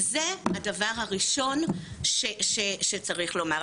זה הדבר הראשון שצריך לומר.